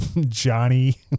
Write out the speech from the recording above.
Johnny